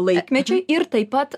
laikmečiui ir taip pat